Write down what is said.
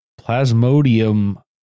plasmodium